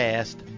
Past